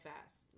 fast